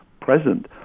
present